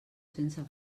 sense